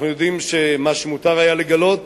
אנחנו יודעים את מה שמותר היה לגלות